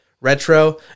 retro